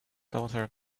daughter